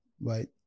right